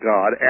God